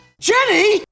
Jenny